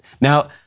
Now